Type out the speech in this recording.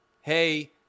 hey